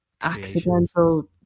accidental